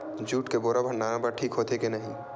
Jute के बोरा भंडारण बर ठीक होथे के नहीं?